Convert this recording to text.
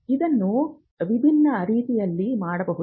ಇದನ್ನು ವಿಭಿನ್ನ ರೀತಿಯಲ್ಲಿ ಮಾಡಬಹುದು